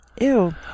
ew